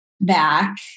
back